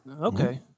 okay